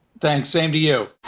thanks. same to you.